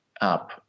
up